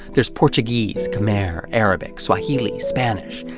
there's portuguese, kmer, arabic, swahili, spanish.